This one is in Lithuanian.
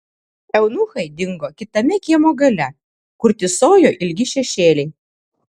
eunuchai dingo kitame kiemo gale kur tįsojo ilgi šešėliai